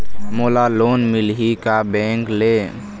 मोला लोन मिलही का बैंक ले?